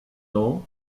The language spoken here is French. ans